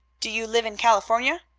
do you live in california?